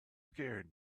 scared